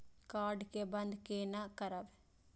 Card के बन्द केना करब?